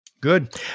Good